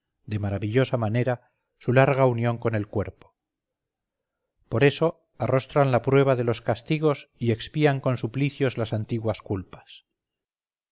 de maravillosa manera su larga unión con el cuerpo por eso arrostran la prueba de los castigos y expían con suplicios las antiguas culpas